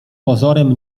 pozorem